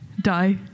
Die